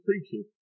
preaching